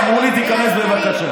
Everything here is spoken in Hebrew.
אמרו לי: תיכנס בבקשה.